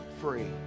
free